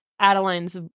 Adeline's